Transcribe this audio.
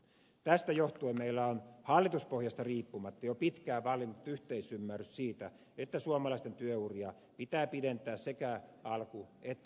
tästä johtuen meillä on hallituspohjasta riippumatta jo pitkään vallinnut yhteisymmärrys siitä että suomalaisten työuria pitää pidentää sekä alku että loppupäästä